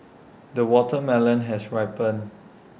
the watermelon has ripened